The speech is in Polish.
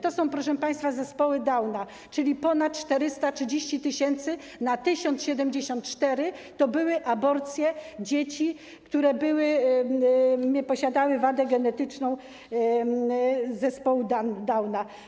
To są, proszę państwa, zespoły Downa, czyli ponad 430 na 1074 to były aborcje dzieci, które posiadały wadę genetyczną zespołu Downa.